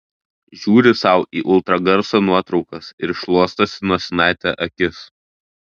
žiūri sau į ultragarso nuotraukas ir šluostosi nosinaite akis